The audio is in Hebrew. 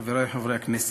חברי חברי הכנסת,